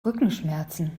rückenschmerzen